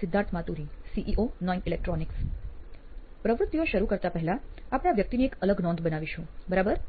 Siddharth Maturi CEO નોઇન electronics પ્રવૃત્તિઓ શરૂ કરતા પહેલા આપણે આ વ્યકિતની એક અલગ નોંધ બનાવીશું બરાબર